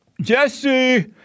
Jesse